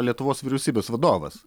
lietuvos vyriausybės vadovas